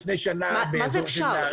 מה זה אפשר?